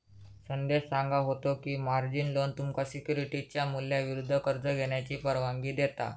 संदेश सांगा होतो की, मार्जिन लोन तुमका सिक्युरिटीजच्या मूल्याविरुद्ध कर्ज घेण्याची परवानगी देता